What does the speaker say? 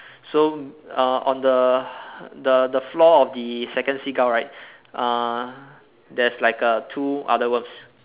so uh on the the the floor of the second seagull right uh there's like uh two other worms